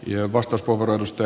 arvoisa puhemies